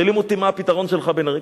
שואלים אותי: מה הפתרון שלך, בן-ארי?